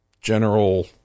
general